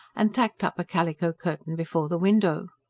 and tacked up a calico curtain before the window.